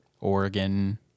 Oregon